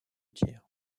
tiers